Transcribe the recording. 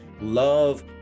love